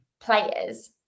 players